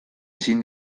ezin